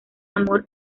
amor